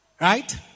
Right